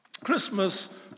Christmas